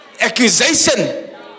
Accusation